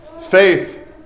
Faith